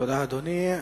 תודה, אדוני.